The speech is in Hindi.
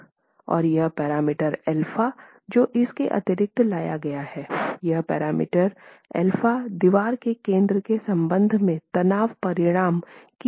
और यह पैरामीटर α जो इसके अतिरिक्त लाया गया है यह पैरामीटर α दीवार के केन्द्र के संबंध में तनाव परिणाम की एक्सेंट्रिसिटी है